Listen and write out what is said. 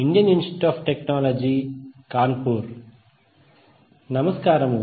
Indian Institute of Technology Kanpur నమస్కారము